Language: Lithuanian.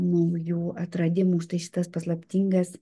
naujų atradimų štai šitas paslaptingas